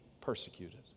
persecuted